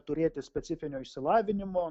turėti specifinio išsilavinimo